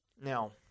Now